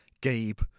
Gabe